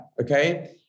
Okay